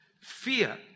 Fear